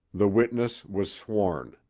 the witness was sworn.